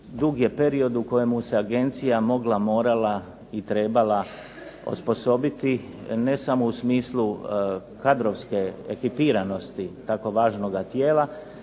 dug je period u kojem se agencija mogla, morala i trebala osposobiti, ne samo u smislu kadrovske ekipiranosti takvo važnog tijela,